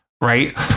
right